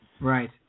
Right